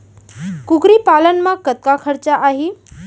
कुकरी पालन म कतका खरचा आही?